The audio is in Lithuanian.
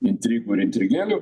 intrigų ir intrigėlių